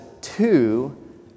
two